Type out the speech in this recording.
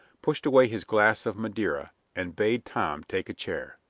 pushed away his glass of madeira, and bade tom take a chair.